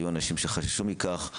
היו אנשים שחששו מכך,